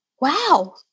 wow